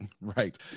Right